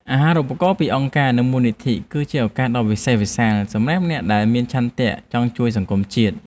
អាហារូបករណ៍ពីអង្គការនិងមូលនិធិ គឺជាឱកាសដ៏វិសេសវិសាលសម្រាប់អ្នកដែលមានឆន្ទៈចង់ជួយសង្គមជាតិ។